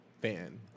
fan